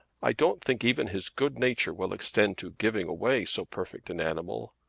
i don't think even his good-nature will extend to giving away so perfect an animal.